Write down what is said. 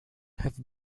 have